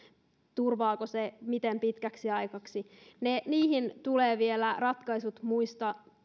turvaako se miten pitkäksi ajaksi niihin tulee vielä ratkaisut